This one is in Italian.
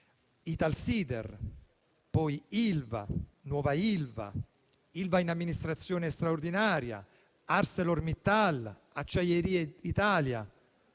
Italsider, Ilva, nuova Ilva, Ilva in amministrazione straordinaria, ArcelorMittal, Acciaierie d'Italia,